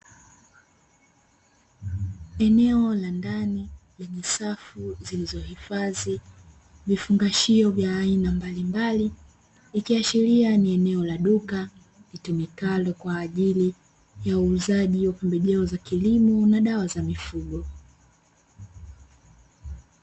Eneo la ndani lenye safu zilizohifadhi vifungashio vya aina mbalimbali, ikiashiria ni eneo la duka litumikalo kwa ajili ya uuzaji wa pembejeo za kilimo na dawa za mifugo.